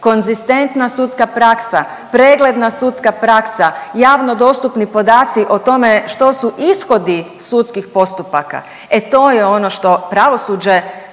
konzistentna sudska praksa, pregledna sudska praksa, javno dostupni podaci o tome što su ishodi sudskih postupaka. E to je ono što pravosuđe